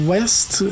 West